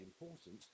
important